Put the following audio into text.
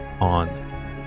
on